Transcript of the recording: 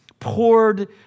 Poured